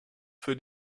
für